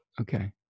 Okay